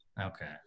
Okay